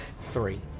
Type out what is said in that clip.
three